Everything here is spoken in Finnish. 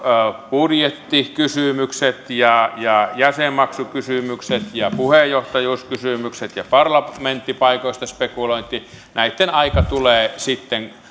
budjettikysymykset ja ja jäsenmaksukysymykset ja puheenjohtajuuskysymykset ja parlamenttipaikoista spekulointi näitten aika tulee sitten